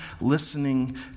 listening